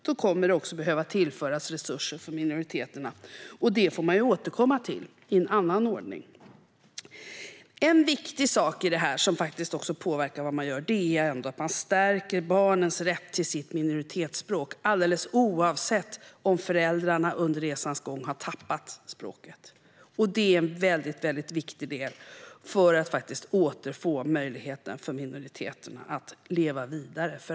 Då kommer det också att behöva tillföras resurser för minoriteterna. Det får man återkomma till i en annan ordning. En viktig sak i detta som också påverkar vad man gör är att man stärker barnens rätt till sitt minoritetsspråk, alldeles oavsett om föräldrarna under resans gång har tappat språket. Det är en väldigt viktig del för att återfå möjligheten för minoriteten att leva vidare.